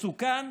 מסוכן,